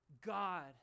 God